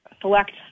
select